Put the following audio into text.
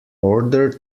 order